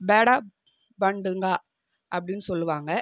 பேடா பண்டுங்கா அப்படின்னு சொல்லுவாங்க